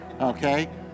okay